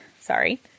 sorry